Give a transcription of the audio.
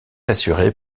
assurée